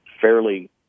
fairly